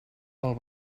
pel